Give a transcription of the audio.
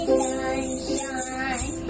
sunshine